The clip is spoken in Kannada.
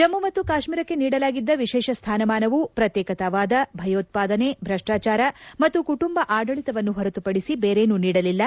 ಜಮ್ಮು ಮತ್ತು ಕಾಶ್ಮೀರಕ್ಕೆ ನೀಡಲಾಗಿದ್ದ ವಿಶೇಷ ಸ್ವಾನಮಾನವು ಪ್ರತ್ನೇಕವಾದ ಭಯೋತ್ಸಾದನೆ ಭ್ರಷ್ನಾಚಾರ ಮತ್ತು ಕುಟುಂಬ ಆಡಳಿತವನ್ನು ಹೊರತುಪಡಿಸಿ ಬೇರೇನೂ ನೀಡಲಿಲ್ಲ